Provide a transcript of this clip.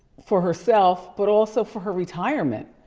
for herself, but also for her retirement,